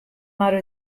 mar